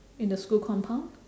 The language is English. in the school compound